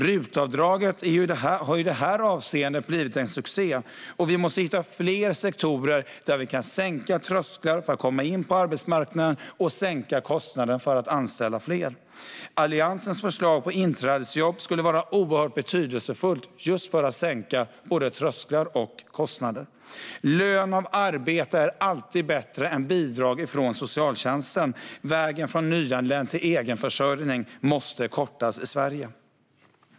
RUT-avdraget har i det avseendet blivit en succé, och vi måste hitta fler sektorer där vi kan sänka trösklar för att komma in på arbetsmarknaden och sänka kostnaden för att anställa fler. Alliansens förslag till inträdesjobb skulle vara oerhört betydelsefullt för att sänka både trösklar och kostnader. Lön av arbete är alltid bättre än bidrag från socialtjänsten. Vägen från nyanländ till egen försörjning måste kortas i Sverige.